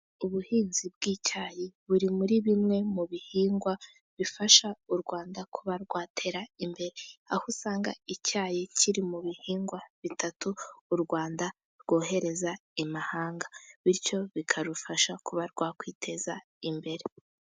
Ubuhinzi bw'icyayi buri muri bimwe mu bihingwa bifasha u Rwanda kuba rwatera imbere. Aho usanga icyayi kiri mu bihingwa bitatu u Rwanda rwohereza i mahanga bityo bikarufasha kuba rwakiteza imbere.